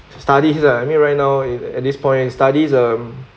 study lah I mean right now in at this point studies um